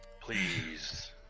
Please